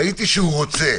ראיתי שהוא רוצה,